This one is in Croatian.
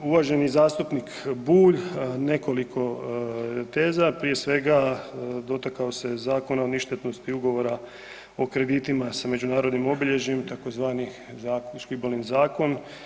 Uvaženi zastupnik Bulj nekoliko teza, prije svega dotakao se Zakona o ništetnosti ugovora o kreditima sa međunarodnim obilježjima tzv. Škibolin zakon.